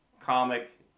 comic